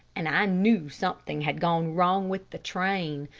and i knew something had gone wrong with the train.